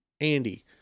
Andy